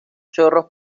chorros